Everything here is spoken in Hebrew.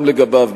גם לגביו,